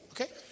Okay